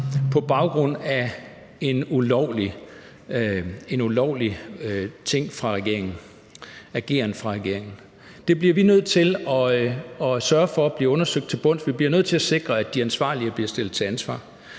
på baggrund af en ulovlig ageren fra regeringens side. Det bliver vi nødt til at sørge for bliver undersøgt til bunds. Vi bliver nødt til at sikre, at de ansvarlige bliver stillet til ansvar.